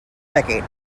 decade